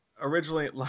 Originally –